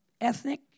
ethnic